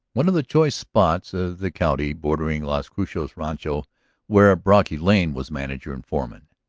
one of the choice spots of the county bordering las cruces rancho where brocky lane was manager and foreman.